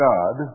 God